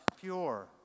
pure